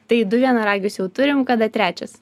tai du vienaragius jau turim kada trečias